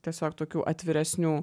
tiesiog tokių atviresnių